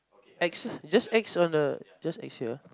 X just X on the just X here